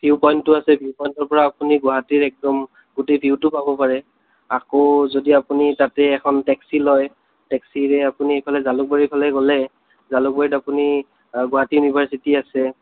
view পইন্টটো আছে view পইণ্টটোৰপৰা আপুনি গুৱাহাটীৰ একদম গোটেই ভিউটো পাব পাৰে আকৌ যদি আপুনি তাতে এখন টেক্সি লয় টেক্সিৰে আপুনি সেইফালে জালুকবাৰীৰফালে গ'লে জালুকবাৰীত আপুনি গুৱাহাটী ইউনিৰ্ভাচিটি আছে